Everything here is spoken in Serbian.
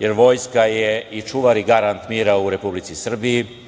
jer vojska je i čuvar i garant mira u Republici Srbiji,